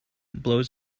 blows